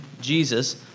Jesus